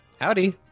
Howdy